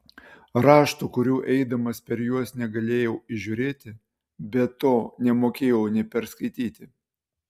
raštų kurių eidamas per juos negalėjau įžiūrėti be to nemokėjau nė perskaityti